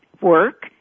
work